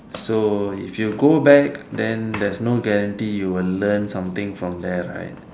so if you go back then there's no guarantee you will learn something from there right